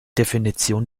definition